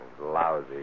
Lousy